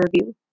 review